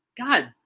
God